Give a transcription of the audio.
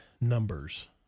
numbers